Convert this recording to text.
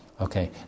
Okay